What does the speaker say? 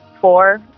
four